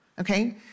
Okay